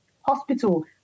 hospital